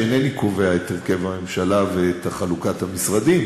שאינני קובע את הרכב הממשלה ואת חלוקת המשרדים,